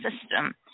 system